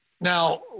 Now